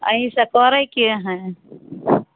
एहि सभ करैके हइ